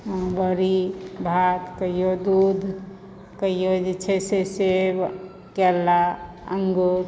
बड़ी भात कहिओ दूध कहिओ जे छै से सेब केला अमरूद